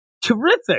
terrific